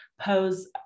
pose